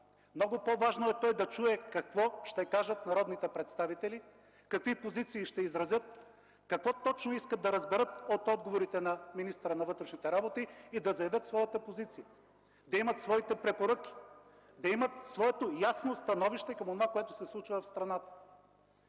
Много по-важно е той да чуе какво ще кажат народните представители, какви позиции ще изразят, какво точно искат да разберат от отговора на министъра на вътрешните работи и да заявят своята позиция, да имат своите препоръки, да имат своето ясно становище към онова, което се случва в страната.